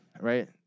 right